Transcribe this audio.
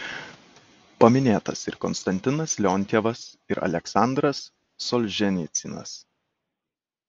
paminėtas ir konstantinas leontjevas ir aleksandras solženicynas